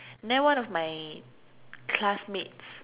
then one of my classmates